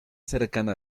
cercana